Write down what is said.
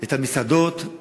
את המסעדות,